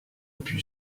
put